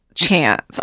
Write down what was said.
chance